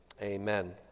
amen